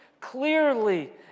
clearly